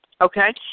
Okay